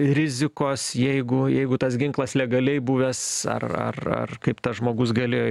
rizikos jeigu jeigu tas ginklas legaliai buvęs ar ar ar kaip tas žmogus galėjo